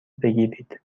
بگیرید